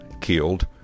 killed